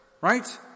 Right